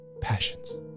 passions